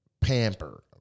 pamper